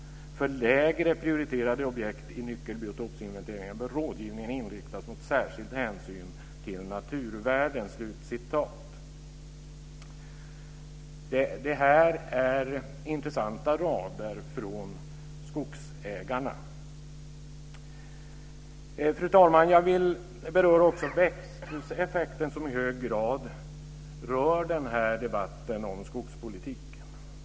För lägre prioriterade objekt i nyckelbiotopsinventeringen bör rådgivningen inriktas mot särskild hänsyn till naturvärdena." Det här är intressanta rader från skogsägarna. Fru talman! Jag vill beröra också växthuseffekten, som i hög grad rör debatten om skogspolitik.